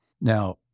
Now